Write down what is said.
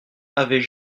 avaient